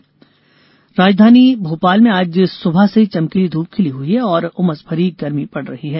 मौसम राजधानी भोपाल में आज सुबह से ही चमकीली धूप खिली हुई है और उमस भरी गर्मी पड रही है